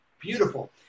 beautiful